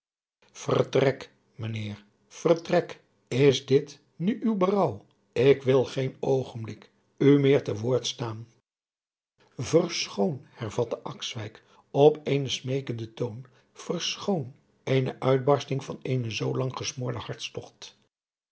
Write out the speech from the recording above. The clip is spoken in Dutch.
heer vertrek is dit nu uw berouw ik wil geen oogenblik u meer te woord staan verschoon hervatte akswijk op eenen smeekenden toon verschoon eene uitbarsting van eenen zoolang gesmoorden hartstogt